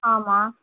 ஆமாம்